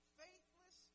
faithless